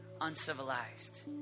uncivilized